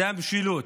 זו המשילות,